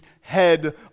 head